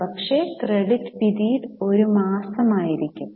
ഒരു പക്ഷേ credit period ഒരു മാസം ആയിരിക്കും